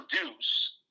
produce